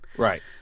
Right